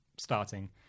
starting